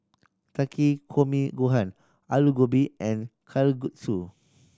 Takikomi Gohan Alu Gobi and Kalguksu